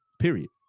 period